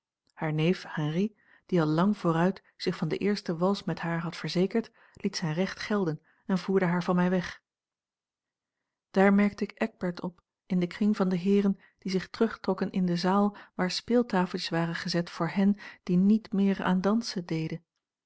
haar neef henri die al lang vooruit zich van de eerste wals met haar had verzekerd liet zijn recht gelden en voerde haar van mij weg daar merkte ik eckbert op in den kring van de heeren die zich terugtrokken in de zaal waar speeltafeltjes waren gezet voor hen die niet meer aan dansen deden